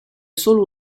solo